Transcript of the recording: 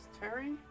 Terry